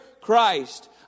Christ